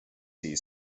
see